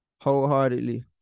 wholeheartedly